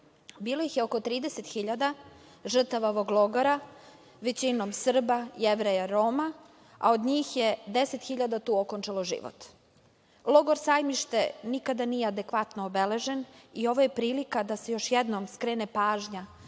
Bilo ih je oko 30 hiljada žrtava ovog logora, većinom Srba, Jevreja, Roma, a od njih je 10 hiljada tu okončalo život. Logor „Sajmište“ nikada nije adekvatno obeležen i ovo je prilika da se još jednom skrene pažnja